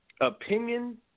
Opinion